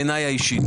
בעיניי באופן אישי.